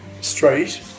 straight